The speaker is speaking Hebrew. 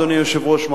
אדוני היושב-ראש,